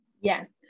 Yes